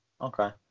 Okay